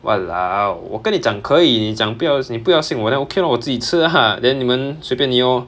!walao! 我跟你讲可以你讲不要信你不要信我 then okay lor 我自己吃 lah then 你们随便你 lor